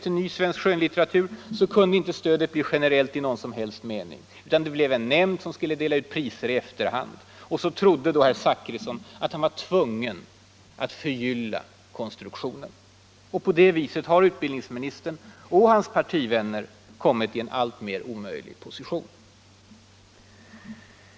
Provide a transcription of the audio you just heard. till ny svensk skönlitteratur, kunde stödet inte bli generellt i någon som helst mening. Det blev en nämnd som skulle dela ut priser i efterhand. Och så trodde herr Zachrisson att han vär tvungen att förgylla den här konstruktionen. På det viset har utbildningsministern och hans partivänner kommit i en alltmer omöjlig situation.